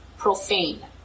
Profane